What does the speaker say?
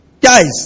Guys